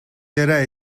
яриа